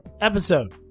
episode